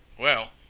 well,